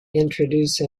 introduce